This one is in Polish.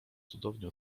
cudownie